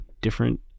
different